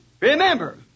remember